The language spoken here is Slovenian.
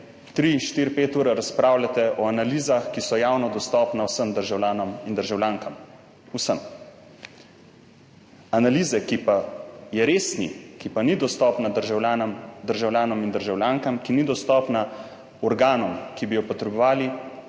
pet ur razpravljate o analizah, ki so javno dostopne vsem državljanom in državljankam, vsem. Analize, ki pa je res ni, ki pa ni dostopna državljanom in državljankam, ki ni dostopna organom, ki bi jo potrebovali,